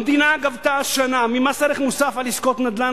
המדינה גבתה השנה ממס ערך מוסף על עסקאות נדל"ן,